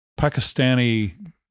Pakistani